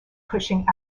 cushing